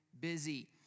busy